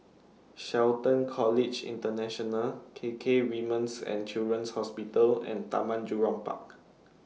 Shelton College International K K Women's and Children's Hospital and Taman Jurong Park